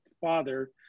father